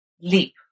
leap